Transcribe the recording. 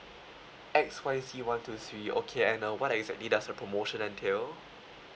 X Y Z one two three okay and uh what exactly does the promotion entail